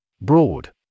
Broad